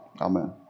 Amen